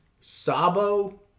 sabo